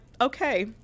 okay